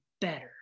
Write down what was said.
better